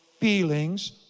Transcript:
feelings